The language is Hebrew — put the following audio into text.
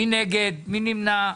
מי נגד, מי נמנע?